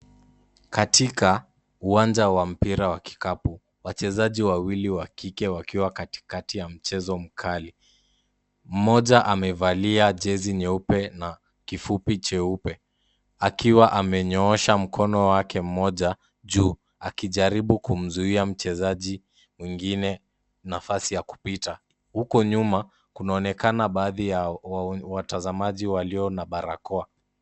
Katika uwanja wa mpira wa kikapu, wachezaji wawili wa kike wakiwa katikati ya mchezo mkali, mmoja amevalia jezi nyeupe na kifupi cheupe. Akiwa amenyoosha mkono wake mmoja juu, akijaribu kumzuia mchezaji mwingine nafasi ya kupita, huko nyuma kunaonekana baadhi ya watazamaji walio na barakoa.